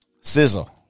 Sizzle